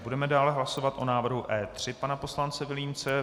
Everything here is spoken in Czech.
Budeme dále hlasovat o návrhu E3 pana poslance Vilímce.